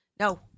No